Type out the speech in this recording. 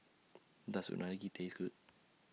Does Unagi Taste Good